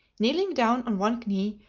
kneeling down on one knee,